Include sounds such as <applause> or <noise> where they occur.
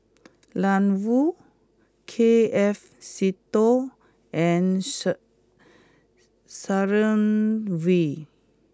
Ian Woo K F Seetoh and <unintelligible> Sharon Wee